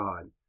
God